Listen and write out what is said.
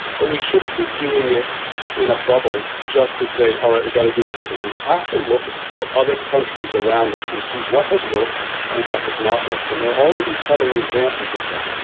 but we shouldn't be doing it in a bubble just to say, all right, we've got to do everything. we have to look at other countries around us and see what has worked and what has not worked. and they're already telling examples examples of that.